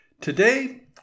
Today